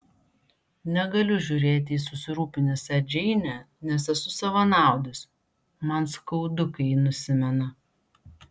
negaliu žiūrėti į susirūpinusią džeinę nes esu savanaudis man skaudu kai ji nusimena